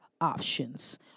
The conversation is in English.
options